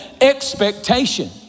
expectation